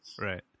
Right